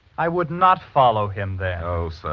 i would not follow him then. o, sir,